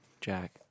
Jack